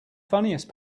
funniest